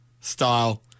style